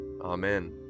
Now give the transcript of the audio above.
Amen